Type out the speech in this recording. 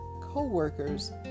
co-workers